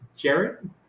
Jared